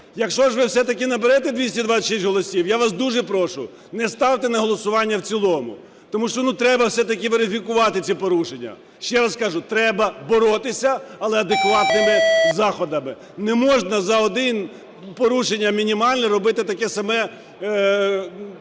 Якщо ж ви все-таки наберете 226 голосів, я вас дуже прошу, не ставте на голосування в цілому, тому що, ну, треба все-таки верифікувати ці порушення. Ще раз кажу, треба боротися, але адекватними заходами. Не можна за одне порушення мінімальне робити таке саме